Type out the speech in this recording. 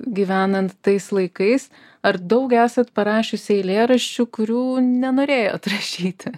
gyvenant tais laikais ar daug esat parašiusi eilėraščių kurių nenorėjot rašyti